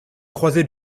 croisés